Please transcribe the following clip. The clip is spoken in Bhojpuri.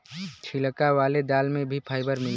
छिलका वाले दाल में भी फाइबर मिलला